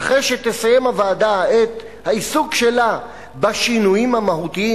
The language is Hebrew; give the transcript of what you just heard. ואחרי שתסיים הוועדה את העיסוק שלה בשינויים המהותיים,